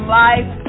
life